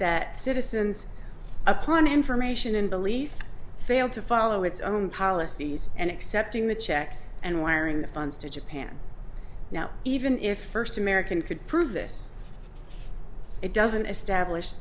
that citizens upon information and belief failed to follow its own policies and accepting the check and wiring the funds to japan now even if the first american could prove this it doesn't establish